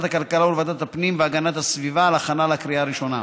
הכלכלה ולוועדת הפנים והגנת הסביבה להכנה לקריאה הראשונה.